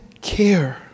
care